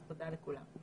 אז תודה לכולם.